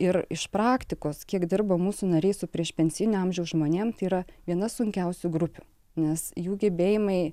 ir iš praktikos kiek dirba mūsų nariai su priešpensijinio amžiaus žmonėms yra viena sunkiausių grupių nes jų gebėjimai